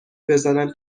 بزنم